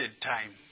time